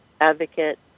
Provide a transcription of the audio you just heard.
advocate